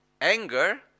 anger